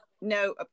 no